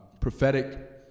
prophetic